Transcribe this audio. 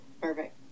Perfect